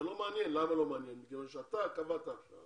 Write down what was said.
זה לא מעניין מכיוון שאתה קבעת עכשיו